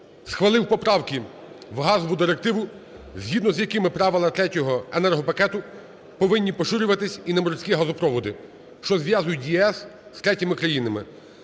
схвалив поправки в газову директиву, згідно з якими правила Третього енергопакету повинні поширюватись і на морські газопроводи, що зв'язують ЄС з третіми країнами.